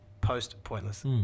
Post-pointless